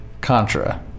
Contra